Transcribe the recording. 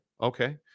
Okay